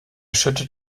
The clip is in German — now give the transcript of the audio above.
schüttet